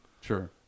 Sure